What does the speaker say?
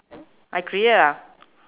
I create ah